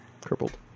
crippled